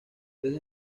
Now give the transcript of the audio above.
desde